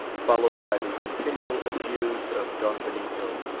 followed by the continual adieus of don benito,